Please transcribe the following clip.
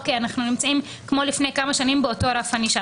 אנחנו נמצאים כמו לפני כמה שנים באותו רף ענישה.